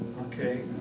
Okay